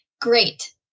great